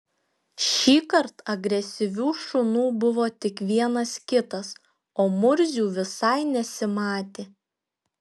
šįkart agresyvių šunų buvo tik vienas kitas o murzių visai nesimatė